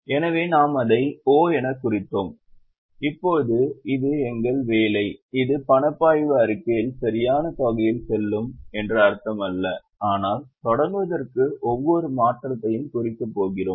எனவே நாம் அதை O எனக் குறித்தோம் இப்போது இது எங்கள் வேலை இது பணப்பாய்வு அறிக்கையில் சரியான தொகையில் செல்லும் என்று அர்த்தமல்ல ஆனால் தொடங்குவதற்கு ஒவ்வொரு மாற்றத்தையும் குறிக்கப் போகிறோம்